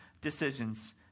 decisions